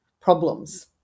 problems